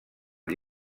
amb